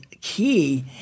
key